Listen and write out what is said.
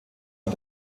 bei